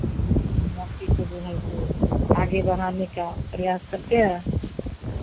बच्चे को जो है सो आगे बढ़ाने का प्रयास करते हैं